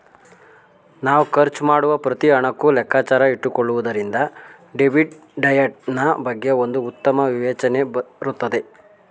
ನಾವ್ ಖರ್ಚು ಮಾಡುವ ಪ್ರತಿ ಹಣಕ್ಕೂ ಲೆಕ್ಕಾಚಾರ ಇಟ್ಟುಕೊಳ್ಳುವುದರಿಂದ ಡೆಬಿಟ್ ಡಯಟ್ ನಾ ಬಗ್ಗೆ ಒಂದು ಉತ್ತಮ ವಿವೇಚನೆ ಬರುತ್ತದೆ